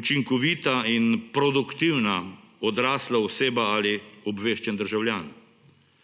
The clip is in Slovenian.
učinkovita in produktivna odrasla oseba ali obveščen državljan.